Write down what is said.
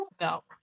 No